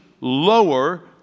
lower